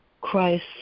Christ